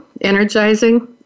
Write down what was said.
energizing